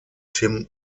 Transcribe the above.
tim